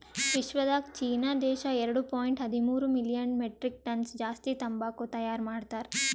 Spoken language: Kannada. ವಿಶ್ವದಾಗ್ ಚೀನಾ ದೇಶ ಎರಡು ಪಾಯಿಂಟ್ ಹದಿಮೂರು ಮಿಲಿಯನ್ ಮೆಟ್ರಿಕ್ ಟನ್ಸ್ ಜಾಸ್ತಿ ತಂಬಾಕು ತೈಯಾರ್ ಮಾಡ್ತಾರ್